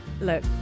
look